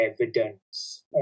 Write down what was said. evidence